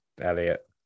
Elliot